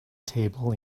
table